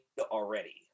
already